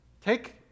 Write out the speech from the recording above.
Take